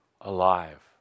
alive